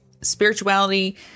spirituality